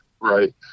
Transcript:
Right